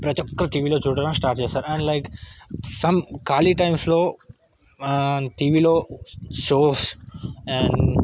ప్రతి ఒక్కరు టీవీలో చూడటం స్టార్ట్ చేసారు అండ్ లైక్ సమ్ ఖాళీ టైమ్స్లో టీవీలో షోస్ అండ్